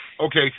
okay